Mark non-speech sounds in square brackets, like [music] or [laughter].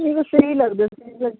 ਨਹੀਂ ਬਸ ਇਹੀ ਲੱਗਦਾ [unintelligible]